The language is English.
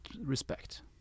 respect